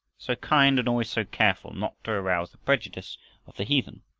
so kind, and always so careful not to arouse the prejudice of the heathen.